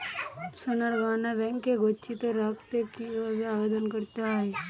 সোনার গহনা ব্যাংকে গচ্ছিত রাখতে কি ভাবে আবেদন করতে হয়?